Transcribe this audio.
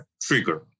trigger